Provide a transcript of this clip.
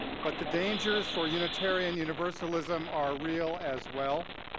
but the dangers for unitarian universalism are real as well.